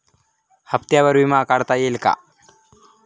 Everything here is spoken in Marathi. हप्त्यांवर विमा काढता येईल का?